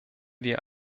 wir